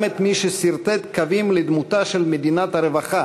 גם את מי שסרטט קווים לדמותה של מדינת הרווחה